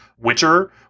Witcher